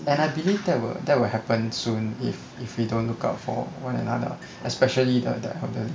and I believe that will that will happen soon if if we don't look out for one another especially the the elderly